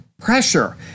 pressure